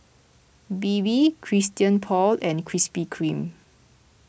Bebe Christian Paul and Krispy Kreme